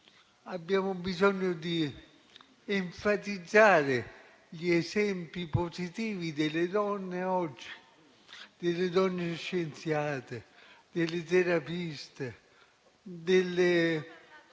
Abbiamo bisogno di enfatizzare gli esempi positivi delle donne di oggi, delle donne scienziate, delle terapiste e delle